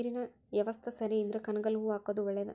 ನೇರಿನ ಯವಸ್ತಾ ಸರಿ ಇದ್ರ ಕನಗಲ ಹೂ ಹಾಕುದ ಒಳೇದ